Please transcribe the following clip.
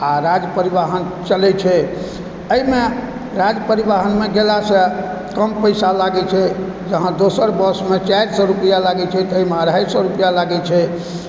आओर राज परिवाहन चलै छै एहिमे राज परिवहनमे गेलासँ कम पैसा लागै छै जे अहाँ दोसर बसमे चारि सए रुपआ लागै छै तऽ एहिमे अढ़ाइ सए रुपआ लागै छै